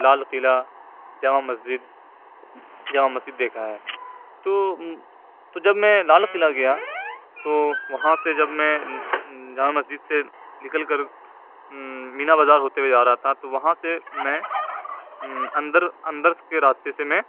لال قلعہ جامع مسجد جامع مسجد دیکھا ہے تو تو جب میں لال قلعہ گیا تو وہاں سے جب میں جامع مسجد سے نکل کر مینا بازار ہوتے ہوئے آ رہا تھا تو وہاں سے میں اندر اندر کے راستے سے میں